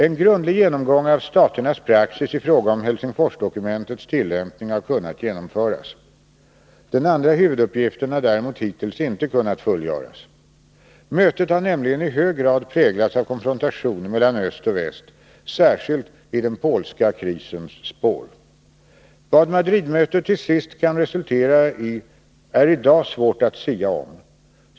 En grundlig genomgång av staternas praxis i fråga om Helsingforsdokumentets tillämpning har kunnat genomföras. Den andra huvuduppgiften har däremot hittills inte kunnat fullgöras. Mötet har nämligen i hög grad präglats av konfrontation mellan öst och väst, särskilt i den polska krisens spår. Vad Madridmötet till sist kan resultera i är i dag svårt att sia om.